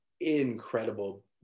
incredible